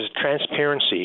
transparency